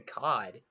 god